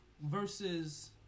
versus